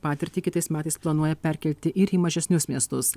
patirtį kitais metais planuoja perkelti ir į mažesnius miestus